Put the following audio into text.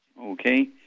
Okay